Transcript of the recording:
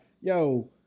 yo